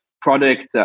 product